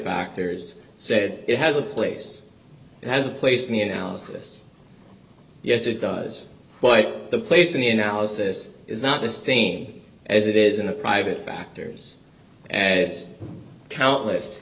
factors said it has a place it has a place in the analysis yes it does but the place in the analysis is not the same as it is in a private factors as countless